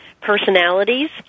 personalities